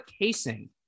casing